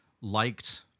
liked